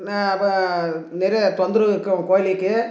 நிறைய தொந்தரவு இருக்கும் கோழிக்கி